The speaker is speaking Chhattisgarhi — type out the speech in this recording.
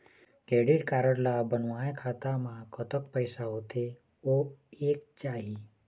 क्रेडिट कारड ला बनवाए खाता मा कतक पैसा होथे होएक चाही?